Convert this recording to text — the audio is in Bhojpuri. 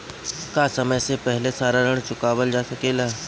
का समय से पहले सारा ऋण चुकावल जा सकेला?